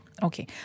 Okay